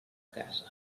casa